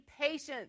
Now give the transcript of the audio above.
patience